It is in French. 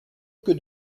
que